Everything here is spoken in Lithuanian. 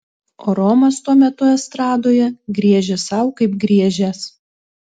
o romas tuo metu estradoje griežė sau kaip griežęs